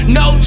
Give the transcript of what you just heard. no